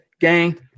Gang